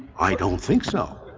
i don't think so.